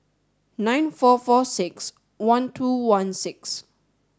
nine four four six one two one six